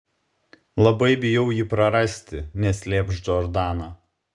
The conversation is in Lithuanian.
labai bijau jį prarasti neslėps džordana